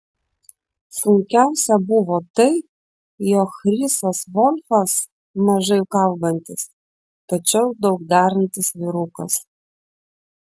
sunkiausia buvo tai jog chrisas volfas mažai kalbantis tačiau daug darantis vyrukas